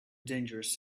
dangerous